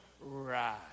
right